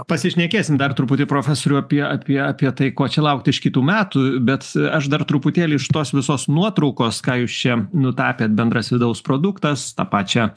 pasišnekėsim dar truputį profesoriau apie apie apie tai ko čia laukt iš kitų metų bet aš dar truputėlį iš tos visos nuotraukos ką jūs čia nutapėt bendras vidaus produktas tą pačią